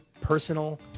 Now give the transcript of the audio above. personal